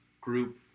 group